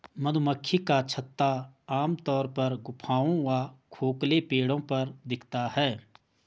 मधुमक्खी का छत्ता आमतौर पर गुफाओं व खोखले पेड़ों पर दिखता है